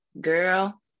girl